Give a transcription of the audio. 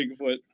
Bigfoot